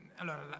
allora